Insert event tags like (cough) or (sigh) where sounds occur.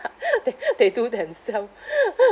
(laughs) they (laughs) they do themselves (laughs)